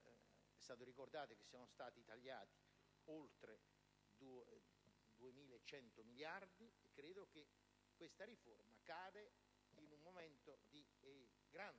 È stato ricordato che sono stati tagliati oltre 2.100 miliardi. Credo che questa riforma cada in un momento di grande